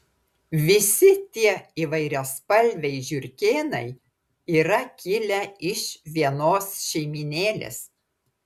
visi tie įvairiaspalviai žiurkėnai yra kilę iš vienos šeimynėlės